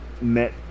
met